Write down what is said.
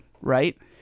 right